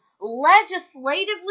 legislatively